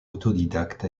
autodidacte